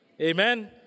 Amen